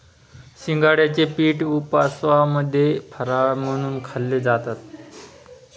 शिंगाड्याचे पीठ उपवासामध्ये फराळ म्हणून खाल्ले जातात